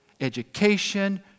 education